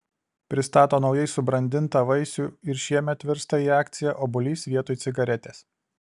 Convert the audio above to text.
pristato naujai subrandintą vaisių ir šiemet virsta į akciją obuolys vietoj cigaretės